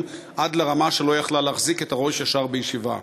עד לרמה שלא יכלה להחזיק את הראש ישר בישיבה.